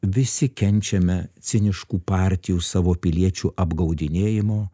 visi kenčiame ciniškų partijų savo piliečių apgaudinėjimo